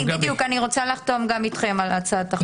בדיוק, אני רוצה לחתום גם אתכם על הצעת החוק.